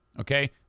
Okay